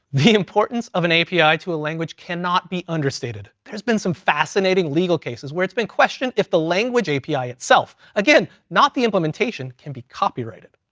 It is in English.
the importance of an api to a language cannot be understated. there's been some fascinating legal cases where it's been questioned if the language api itself, again, not the implementation can be copyrighted.